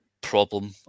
problem